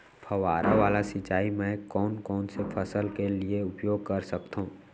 फवारा वाला सिंचाई मैं कोन कोन से फसल के लिए उपयोग कर सकथो?